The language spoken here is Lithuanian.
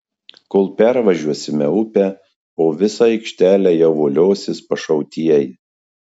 kol pervažiuosime upę po visą aikštelę jau voliosis pašautieji